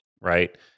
right